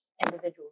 individual